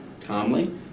calmly